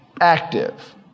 active